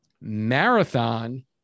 marathon